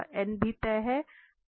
तो यहां भी तय है